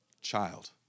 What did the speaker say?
Child